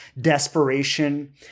desperation